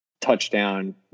touchdown